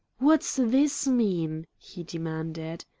what's this mean? he demanded.